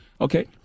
okay